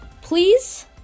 please